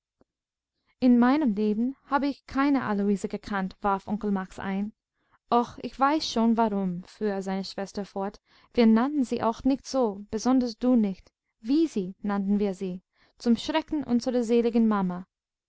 in meinem leben habe ich keine aloise gekannt warf onkel max ein o ich weiß schon warum fuhr seine schwester fort wir nannten sie auch nie so besonders du nicht wisi nannten wir sie zum schrecken unserer seligen mama